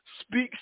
speaks